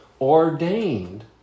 ordained